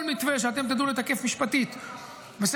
כל מתווה שאתם תדעו לתקף משפטית בסדר,